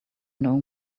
know